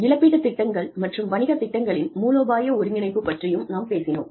இழப்பீட்டுத் திட்டங்கள் மற்றும் வணிகத் திட்டங்களின் மூலோபாய ஒருங்கிணைப்பு பற்றியும் நாம் பேசினோம்